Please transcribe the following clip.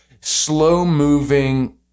slow-moving